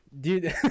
dude